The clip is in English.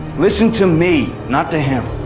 listen to me, not to him.